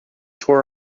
tore